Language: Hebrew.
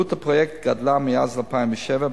עלות הפרויקט גדלה מאז 2007,